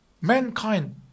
mankind